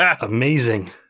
amazing